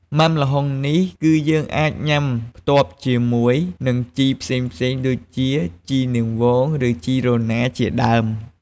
មុាំល្ហុងនេះគឺយើងអាចញុាំផ្ទាប់ជាមួយនឹងជីផ្សេងៗដូចជា ជីនាងវង ឬជីរណារជាដើម។